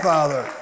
Father